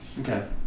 Okay